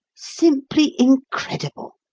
simply incredible.